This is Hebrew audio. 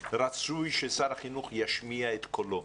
רצוי ששר החינוך ישמיע את קולו,